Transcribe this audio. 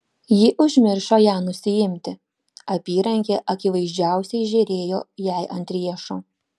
ji užmiršo ją nusiimti apyrankė akivaizdžiausiai žėrėjo jai ant riešo